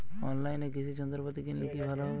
অনলাইনে কৃষি যন্ত্রপাতি কিনলে কি ভালো হবে?